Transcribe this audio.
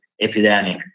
epidemic